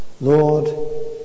Lord